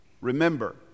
Remember